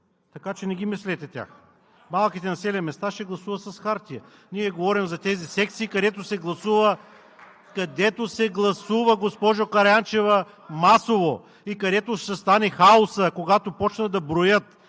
Така че не ги мислете тях. Малките населени места ще гласуват с хартия. (Реплики.) Ние говорим за тези секции, където се гласува, госпожо Караянчева, масово. И където ще стане хаосът, когато започнат да броят